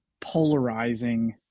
polarizing